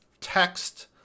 text